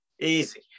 easy